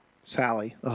Sally